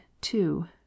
two